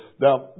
Now